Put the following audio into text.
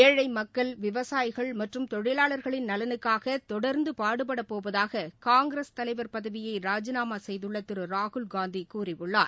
எழை மக்கள் விவசாயிகள் மற்றும் தொழிலாளர்களின் நலனுக்காக தொடர்ந்து பாடுபடப் போவதாக காங்கிரஸ் தலைவர் பதவியை ராஜிநாமா செய்துள்ள திரு ராகுல் காந்தி கூறியுள்ளார்